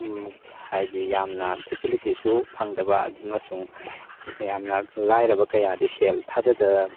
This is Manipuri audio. ꯍꯥꯏꯗꯤ ꯌꯥꯝꯅ ꯐꯦꯁꯤꯂꯤꯇꯤꯁꯨ ꯐꯪꯗꯕ ꯑꯃꯁꯨꯡ ꯌꯥꯝꯅ ꯂꯥꯏꯔꯕ ꯀꯌꯥꯗꯤ ꯁꯦꯜ